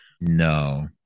No